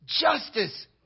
Justice